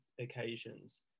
occasions